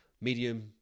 medium